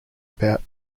about